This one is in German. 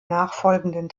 nachfolgenden